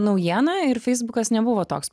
naujiena ir feisbukas nebuvo toks